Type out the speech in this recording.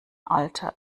alter